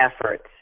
efforts